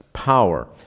power